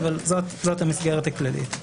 אבל זאת המסגרת הכללית.